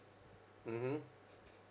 mmhmm